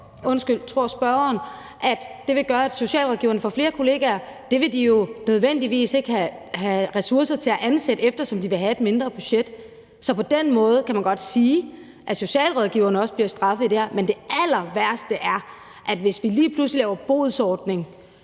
Så tror spørgeren, at det vil gøre, at socialrådgiveren får flere kolleger? Dem vil de jo nødvendigvis ikke have ressourcer til at ansætte, eftersom de vil have et mindre budget. Så på den måde kan man godt sige, at socialrådgiverne også bliver straffet i det. Men det allerværste er, at hvis vi lige pludselig laver en bodsordning,